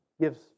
gives